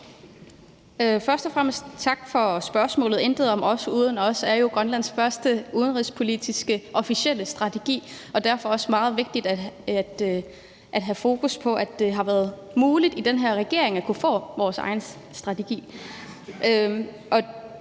Først og fremmest tak for spørgsmålet. »Grønland i verden – intet om os, uden os« er jo Grønlands første officielle udenrigspolitiske strategi, og det er derfor også meget vigtigt at have fokus på, at det har været muligt med den her regering at kunne få vores egen strategi.